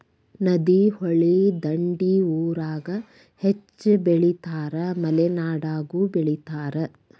ನದಿ, ಹೊಳಿ ದಂಡಿ ಊರಾಗ ಹೆಚ್ಚ ಬೆಳಿತಾರ ಮಲೆನಾಡಾಗು ಬೆಳಿತಾರ